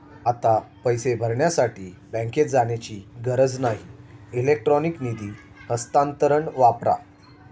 आता पैसे भरण्यासाठी बँकेत जाण्याची गरज नाही इलेक्ट्रॉनिक निधी हस्तांतरण वापरा